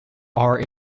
are